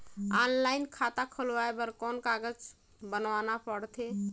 Online खाता खुलवाय बर कौन कागज बनवाना पड़थे?